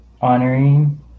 honoring